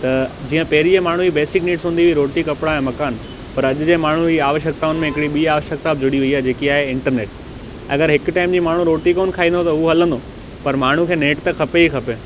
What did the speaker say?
त जीअं पहिरींअ जे माण्हूअ जी बेसिक नीड हूंदी हुई रोटी कपिड़ा ऐं मकान पर अॼ जे माण्हूअ ई आवश्यकताउनि में हिकिड़ी ॿीं आवश्यकता बि जुड़ी वई आहे जेकी आहे इंटरनेट अगरि हिकु टाइम जी माण्हू रोटी कोन खाईंदो त उहो हलंदो पर माण्हूअ खे नेट त खपे ई खपे